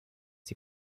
die